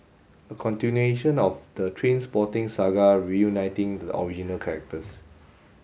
a continuation of the Trainspotting saga reuniting the original characters